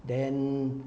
then